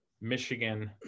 Michigan